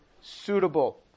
suitable